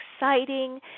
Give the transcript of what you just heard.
exciting